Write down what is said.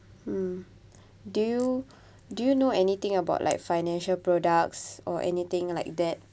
mm do you do you know anything about like financial products or anything like that